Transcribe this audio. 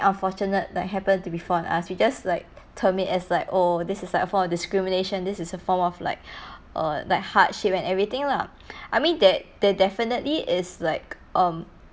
unfortunate that happen to be fall on us we just like term it as like oh this is like a form of discrimination this is a form of like err like hardship and everything lah I mean that that definitely is like um